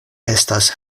estas